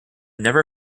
never